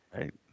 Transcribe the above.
Right